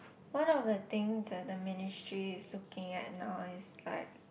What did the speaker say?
one of the things that the ministries is looking at now is like